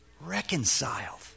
reconciled